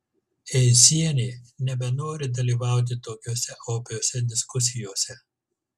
eizienė nebenori dalyvauti tokiose opiose diskusijose